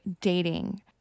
dating